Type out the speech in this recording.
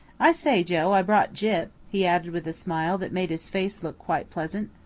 i say, joe, i brought gyp, he added with a smile that made his face look quite pleasant.